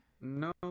No